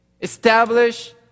establish